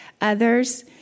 Others